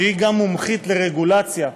שהיא גם מומחית לרגולציה,